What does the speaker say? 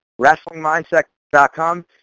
wrestlingmindset.com